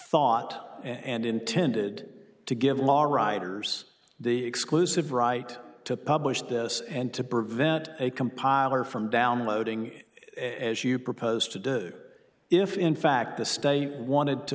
thought and intended to give law riders the exclusive right to publish this and to prevent a compiler from downloading it as you propose to do if in fact the state wanted to